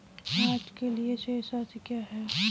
आज के लिए शेष राशि क्या है?